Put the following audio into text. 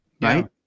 right